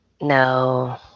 No